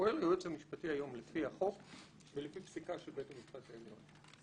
פועל היועץ המשפטי היום לפי החוק ולפי פסיקה של בית המשפט העליון.